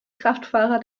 kraftfahrer